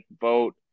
vote